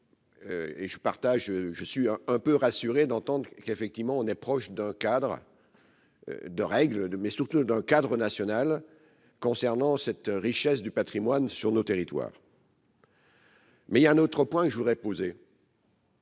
Et je partage, je suis un peu rassuré d'entendre qu'effectivement on est proche d'un cadre de règles de mais surtout d'un cadre national concernant cette richesse du Patrimoine sur nos territoires. Mais il y a un autre point que je voudrais poser.